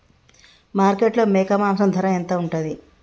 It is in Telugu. మార్కెట్లో మేక మాంసం ధర ఎంత ఉంటది?